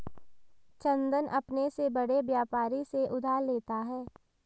चंदन अपने से बड़े व्यापारी से उधार लेता है